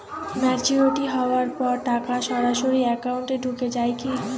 Maturity হওয়ার পর টাকা সরাসরি একাউন্ট এ ঢুকে য়ায় কি?